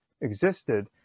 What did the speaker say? existed